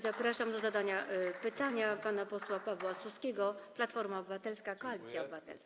Zapraszam do zadania pytania pana posła Pawła Suskiego, Platforma Obywatelska - Koalicja Obywatelska.